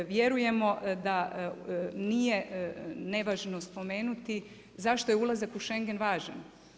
Vjerujemo da nije nevažno spomenuti zašto je ulazak u Schengen važan.